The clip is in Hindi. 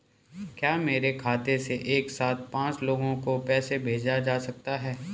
क्या मेरे खाते से एक साथ पांच लोगों को पैसे भेजे जा सकते हैं?